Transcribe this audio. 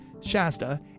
Shasta